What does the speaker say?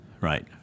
Right